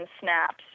snaps